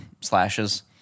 slashes